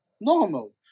Normal